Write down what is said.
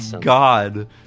god